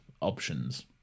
options